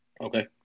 Okay